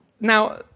now